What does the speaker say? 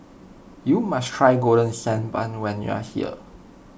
you must try Golden Sand Bun when you are here